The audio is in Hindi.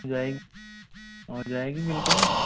हो जाएगी हो जाएगी बिल्कुल